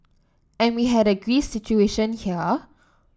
and we had a Greece situation here